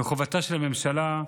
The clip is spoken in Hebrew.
וחובתה של הממשלה,